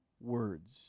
words